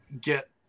Get